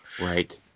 Right